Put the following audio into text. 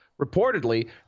Reportedly